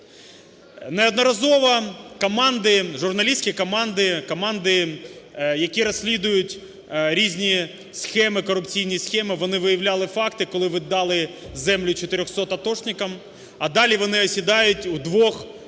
Неодноразово команди, журналістські команди, команди, які розслідують різні схеми, корупційні схеми, вони виявляли факти, коли ви дали землю 400 атошникам, а далі вони осідають у двох-трьох